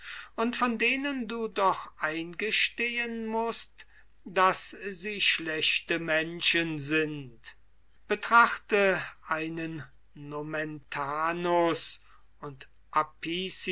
und von denen du doch eingestehen mußt daß sie schlechte menschen sind betrachte einen nomentanus und apicius